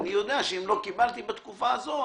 אני יודע שאם לא קיבלתי בתקופה הזאת,